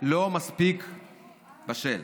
לא מספיק בשל,